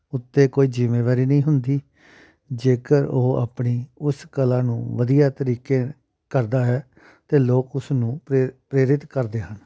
ਉਤੇ ਕੋਈ ਜ਼ਿੰਮੇਵਾਰੀ ਨਹੀਂ ਹੁੰਦੀ ਜੇਕਰ ਉਹ ਆਪਣੀ ਉਸ ਕਲਾ ਨੂੰ ਵਧੀਆ ਤਰੀਕੇ ਕਰਦਾ ਹੈ ਤਾਂ ਲੋਕ ਉਸ ਨੂੰ ਪ੍ਰੇ ਪ੍ਰੇਰਿਤ ਕਰਦੇ ਹਨ